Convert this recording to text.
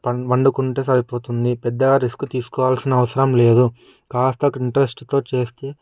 వండుకుంటే సరిపోతుంది పెద్ద రిస్క్ తీసుకోవాల్సిన అవసరం లేదు కాస్త ఇంట్రెస్ట్తో చేస్తే చాలు